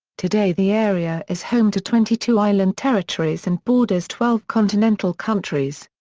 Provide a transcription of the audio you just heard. today the area is home to twenty two island territories and borders twelve continental countries.